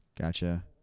Gotcha